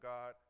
God